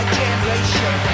generation